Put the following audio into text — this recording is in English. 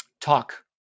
talk